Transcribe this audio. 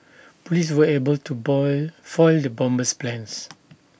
Police were able to boil foil the bomber's plans